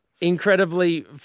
incredibly